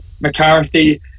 McCarthy